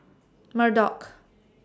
Murdock